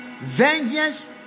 vengeance